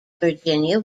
virginia